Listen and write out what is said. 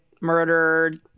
murdered